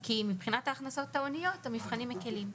כי מבחינת ההכנסות ההוניות המבחנים מקלים.